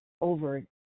over